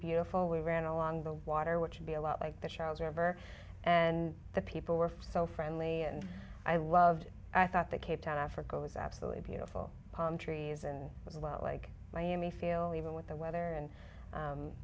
beautiful we ran along the water which would be a lot like the charles river and the people were so friendly and i loved i thought the cape town africa was absolutely beautiful palm trees and was well like miami feel even with the weather and